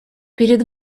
пред